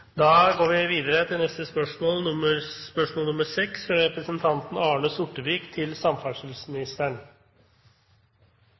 Da går vi videre til neste hovedspørsmål. Jeg har et spørsmål til